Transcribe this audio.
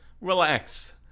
Relax